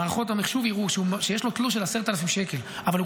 מערכות המחשוב יראו שיש לו תלוש של 10,000 שקל אבל הוא